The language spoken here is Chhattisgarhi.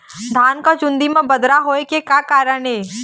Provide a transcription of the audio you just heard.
धान के चुन्दी मा बदरा होय के का कारण?